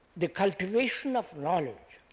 the cultivation of knowledge,